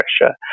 pressure